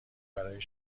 برای